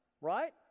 right